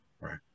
right